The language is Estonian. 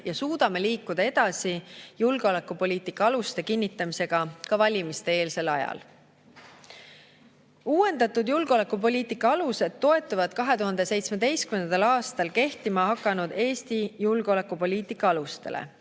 ja suudame liikuda edasi julgeolekupoliitika aluste kinnitamisega ka valimiste-eelsel ajal. Uuendatud julgeolekupoliitika alused toetuvad 2017. aastal kehtima hakanud "Eesti julgeolekupoliitika alustele".